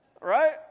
right